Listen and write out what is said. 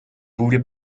voulez